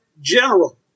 general